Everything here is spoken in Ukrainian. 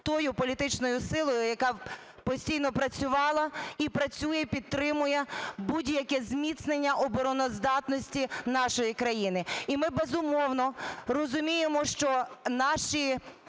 тою політичною силою, яка постійно працювала і працює, підтримує будь-яке зміцнення обороноздатності нашої країни. І ми, безумовно, розуміємо, що наші